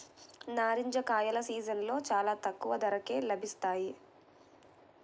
నారింజ కాయల సీజన్లో చాలా తక్కువ ధరకే లభిస్తాయి